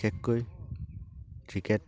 বিশেষকৈ ক্ৰিকেট